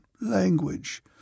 language